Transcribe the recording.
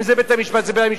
אם זה בית-המשפט, זה בית-המשפט.